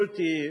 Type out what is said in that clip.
יכולתי,